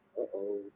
Uh-oh